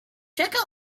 check